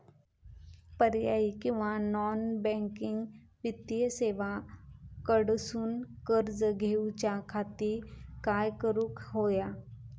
पर्यायी किंवा non banking वित्तीय सेवा कडसून कर्ज घेऊच्या खाती काय करुक होया?